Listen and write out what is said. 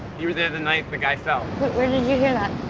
you were there the night the guy fell. but where did you hear that?